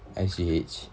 S_G_H